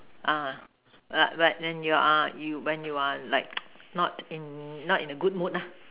ah like like when you are you when you are like not in not in a good mood lah